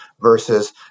versus